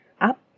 up